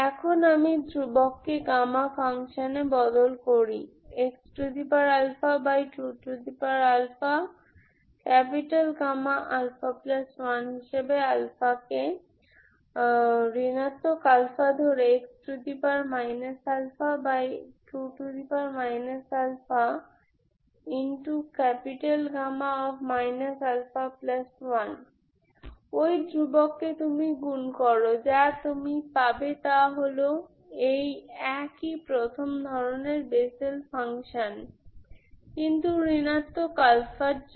এখন আমি ধ্রুবক কে গামা ফাংশানকে বদল করি x2 Γα1 হিসেবে আলফাকে ঋণাত্মক আলফা ধরে x α2 α Γ α1 ওই ধ্রুবককে তুমি গুণ করো যা তুমি পাবে তা হল এই একই প্রথম ধরনের বেসেল ফাংশান কিন্তু ঋণাত্মক আলফার জন্য